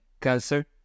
Cancer